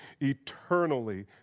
eternally